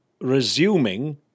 resuming